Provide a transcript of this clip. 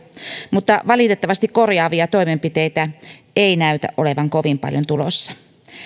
mutta valitettavasti korjaavia toimenpiteitä ei näytä olevan kovin paljon tulossa